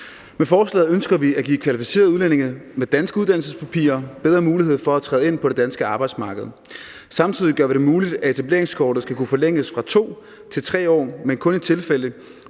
Med forslaget ønsker vi at give kvalificerede udlændinge med danske uddannelsespapirer bedre mulighed for at træde ind på det danske arbejdsmarked. Samtidig gør vi det muligt, at etableringskortet skal kunne forlænges fra 2 år til 3 år, men kun i tilfælde,